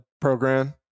Program